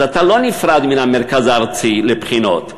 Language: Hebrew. אז אתה לא נפרד מן המרכז הארצי לבחינות,